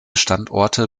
standorte